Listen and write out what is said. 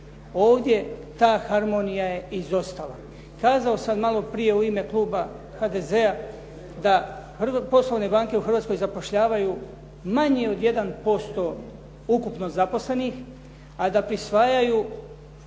Ovdje ta harmonija je izostala. Kazao sam malo prije u ime Kluba HDZ-a da poslovne banke u Hrvatskoj zapošljavaju manje od 1% ukupno zaposlenih a da prisvajaju